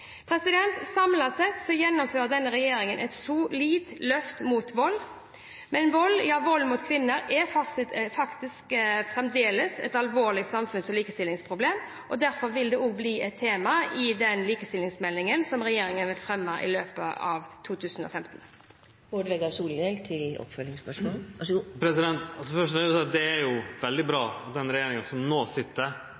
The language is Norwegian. sett gjennomfører denne regjeringen et solid løft mot vold. Men vold mot kvinner er fortsatt et alvorlig samfunns- og likestillingsproblem. Derfor vil dette også være et tema i likestillingsmeldingen som regjeringen vil fremme i løpet av 2015. Først vil eg seie at det er veldig bra at den regjeringa som vi har no, følgjer opp mange viktig tiltak i handlingsplanen som den førre regjeringa la fram, og som